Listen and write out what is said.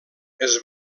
van